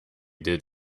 did